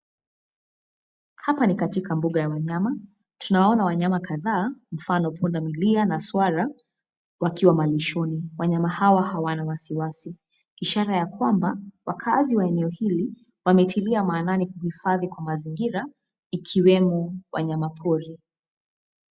Hapa ni katika mbuga ya wanyama tunaona wanyama kadhaa, mfano punda millia na swara wakiwa malishoni. Wanyama hawa hawana wasiwasi ishara ya kwamba wakaazi wa eneo hili wametilia maanani kuhifhadhi kwa mazingira ikiwemo wanyama pori.